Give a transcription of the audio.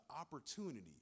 opportunity